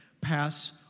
pass